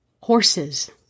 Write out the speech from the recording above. horses